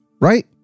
right